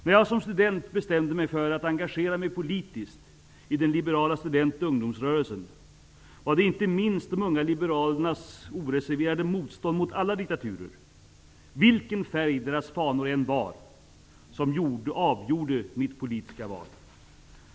När jag som student bestämde mig för att engagera mig politiskt i den liberala student och ungdomsrörelsen var det inte minst de unga liberalernas oreserverade motstånd mot alla diktaturer -- vilken färg deras fanor än bar -- som avgjorde mitt politiska val.